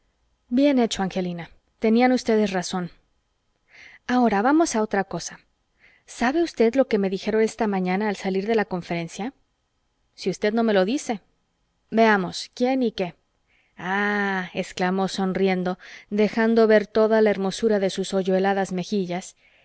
bien hecho angelina tenían ustedes razón ahora vamos a otra cosa sabe usted lo que me dijeron esta mañana al salir de la conferencia si usted no me lo dice veamos quién y qué ah exclamó sonriendo dejando ver toda la hermosura de sus hoyueladas mejillas